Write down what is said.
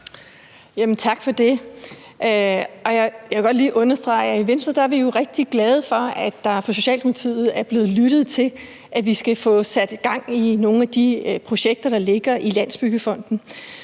Tak for det. Jeg vil godt lige understrege, at vi i Venstre jo er rigtig glade for, at der fra Socialdemokratiets side er blevet lyttet til, at vi skal få sat gang i nogle af de projekter, der ligger i Landsbyggefonden.